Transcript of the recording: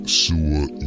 sewer